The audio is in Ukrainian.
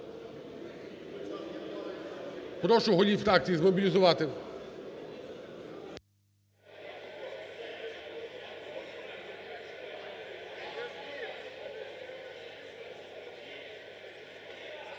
Прошу голів фракцій змобілізувати…